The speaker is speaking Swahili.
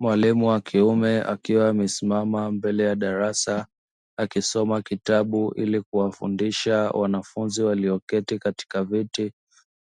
Mwalimu wakiume akiwa amesimama mbele ya darasa akisoma kitabu ili kuwafundisha wanafunzi, walioketi katika viti